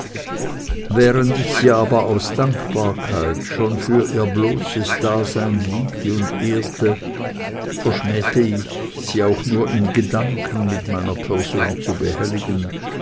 während ich sie aber aus dankbarkeit schon für ihr bloßes dasein liebte und ehrte verschmähte ich sie auch nur in gedanken mit meiner person zu behelligen